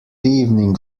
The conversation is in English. evening